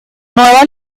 nueva